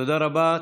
תודה רבה.